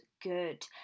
good